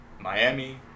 Miami